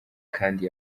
kandi